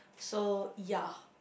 so ya